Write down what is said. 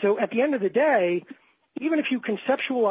so at the end of the day even if you conceptual